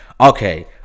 Okay